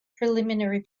parliamentary